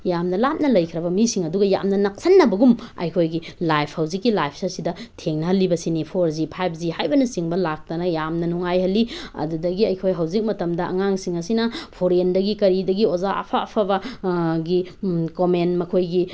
ꯌꯥꯝꯅ ꯂꯥꯞꯅ ꯂꯩꯈ꯭ꯔꯕ ꯃꯤꯁꯤꯡ ꯑꯗꯨꯒ ꯌꯥꯝꯅ ꯅꯛꯁꯤꯟꯅꯕꯒꯨꯝ ꯑꯩꯈꯣꯏꯒꯤ ꯂꯥꯏꯐ ꯍꯧꯖꯤꯛꯀꯤ ꯂꯥꯏꯐ ꯑꯁꯤꯗ ꯊꯦꯡꯅꯍꯜꯂꯤꯕꯁꯤꯅꯤ ꯐꯣꯔ ꯖꯤ ꯐꯥꯏꯚ ꯖꯤ ꯍꯥꯏꯕꯅꯆꯤꯡꯕ ꯂꯥꯛꯇꯅ ꯌꯥꯝꯅ ꯅꯨꯡꯉꯥꯏꯍꯜꯂꯤ ꯑꯗꯨꯗꯒꯤ ꯑꯩꯈꯣꯏ ꯍꯧꯖꯤꯛ ꯃꯇꯝꯗ ꯑꯉꯥꯡꯁꯤꯡ ꯑꯁꯤꯅ ꯐꯣꯔꯦꯟꯗꯒꯤ ꯀꯔꯤꯗꯒꯤ ꯑꯣꯖꯥ ꯑꯐ ꯑꯐꯕ ꯒꯤ ꯀꯣꯃꯦꯟ ꯃꯈꯣꯏꯒꯤ